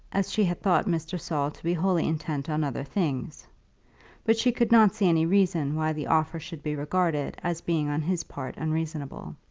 as she had thought mr. saul to be wholly intent on other things but she could not see any reason why the offer should be regarded as being on his part unreasonable.